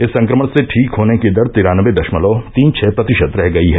इस संक्रमण से ठीक होने की दर तिरानबे दशमलव तीन छह प्रतिशत रह गई है